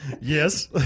Yes